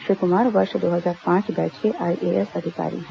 श्री कुमार वर्ष दो हजार पांच बैच के आईएएस अधिकारी हैं